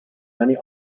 many